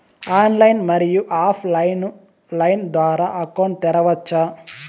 Online, మరియు offline line ద్వారా account తెరవచ్చా?